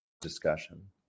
discussion